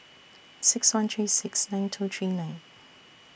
six one three six nine two three nine